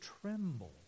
tremble